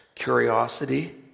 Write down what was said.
curiosity